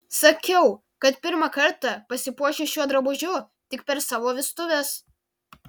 sakiau kad pirmą kartą pasipuošiu šiuo drabužiu tik per savo vestuves